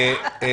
אני